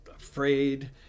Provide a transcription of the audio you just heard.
afraid